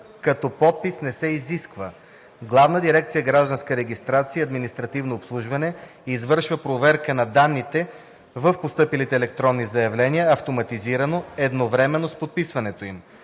като подпис не се изисква. Главна дирекция „Гражданска регистрация и административно обслужване“ извършва проверка на данните в постъпилите електронни заявления автоматизирано едновременно с подаването им.“